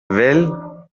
well